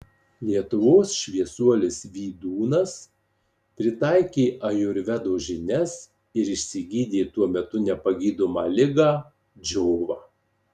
lietuvos šviesuolis vydūnas pritaikė ajurvedos žinias ir išsigydė tuo metu nepagydomą ligą džiovą